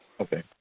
Okay